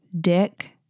dick